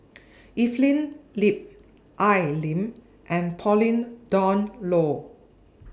Evelyn Lip Al Lim and Pauline Dawn Loh